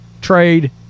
trade